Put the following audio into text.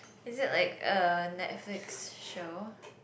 is it like a Netflix show